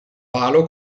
palo